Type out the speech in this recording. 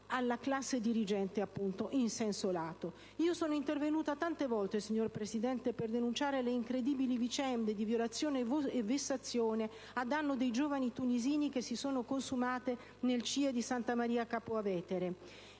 alla classe dirigente, appunto, in senso lato. Io sono intervenuta tante volte, signor Presidente, per denunciare le incredibili vicende di violazione e vessazione a danno di giovani tunisini che si sono consumate nel CIE di Santa Maria Capua Vetere.